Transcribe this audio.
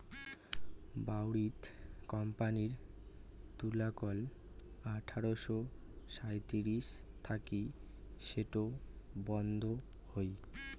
বাউরিথ কোম্পানির তুলাকল আঠারশো সাঁইত্রিশ থাকি সেটো বন্ধ হই